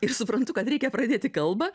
ir suprantu kad reikia pradėti kalbą